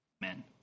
Men